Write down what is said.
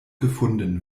gefunden